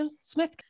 Smith